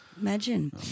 Imagine